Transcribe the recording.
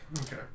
Okay